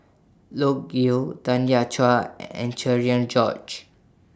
Loke Yew Tanya Chua and Cherian George